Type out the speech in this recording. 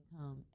come